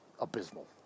abysmal